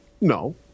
No